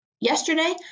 Yesterday